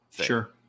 Sure